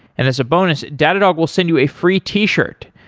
and as a bonus, datadog will send you a free t-shirt.